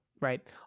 right